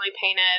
painted